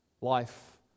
life